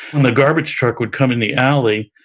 and the garbage truck would come in the alley,